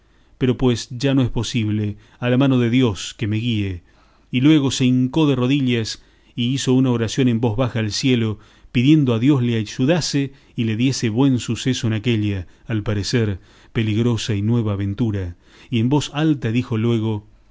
pero pues ya no es posible a la mano de dios que me guíe y luego se hincó de rodillas y hizo una oración en voz baja al cielo pidiendo a dios le ayudase y le diese buen suceso en aquella al parecer peligrosa y nueva aventura y en voz alta dijo luego